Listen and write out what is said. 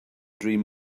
dream